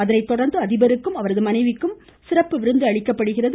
அதனை தொடர்ந்து அதிபருக்கும் அவரது மனைவிக்கும் சிறப்பு விருந்து அளிக்கப்படுகிறது